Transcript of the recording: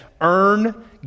earn